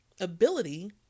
ability